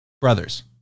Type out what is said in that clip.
Brothers